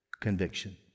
conviction